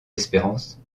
espérances